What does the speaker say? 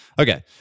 Okay